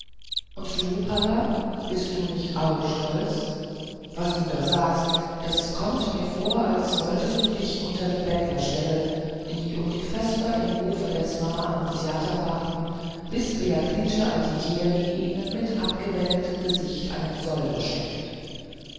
und du palla bist nicht auch du stolz was du da sagst das kommt mir vor als wolltest du dich unter die bettler stellen die um die vesper im hofe der sma annunziata warten bis beatrice altichieri ihnen mit abgewendetem gesicht einen soldo schenkt